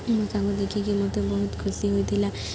ମୁଁ ତାକୁ ଦେଖିକି ମୋତେ ବହୁତ ଖୁସି ହୋଇଥିଲା